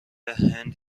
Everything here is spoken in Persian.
هند